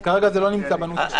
לכן כרגע זה לא נמצא בנוסח שלפניכם.